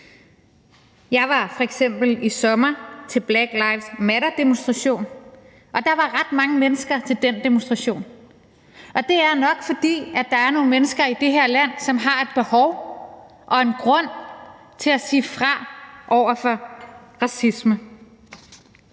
Jeg var f.eks. i sommer til en »Black lives matter«-demonstration, og der var ret mange mennesker til den demonstration, og det er nok, fordi der er nogle mennesker i det her land, som har et behov for og en grund til at sige fra over for racisme.